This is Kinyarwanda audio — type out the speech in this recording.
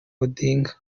odinga